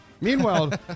Meanwhile